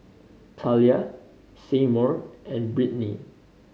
Talia Seymour and Brittni